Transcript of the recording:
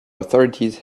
authorities